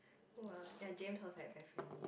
who ah ya James was like very friendly